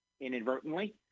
inadvertently